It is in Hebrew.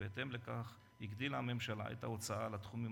ובהתאם לכך הגדילה הממשלה את ההוצאה על התחומים